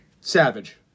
Savage